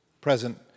present